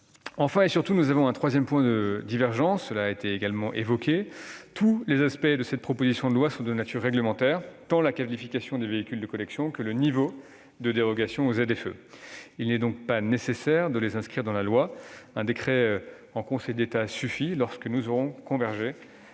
Enfin et surtout, nous avons un troisième point de divergence, car tous les aspects de cette proposition de loi sont de nature réglementaire, tant la qualification des véhicules de collection que le niveau de dérogation aux ZFE. Il n'est donc pas nécessaire d'inscrire ces points dans la loi. Un décret en Conseil d'État suffira lorsque nous aurons trouvé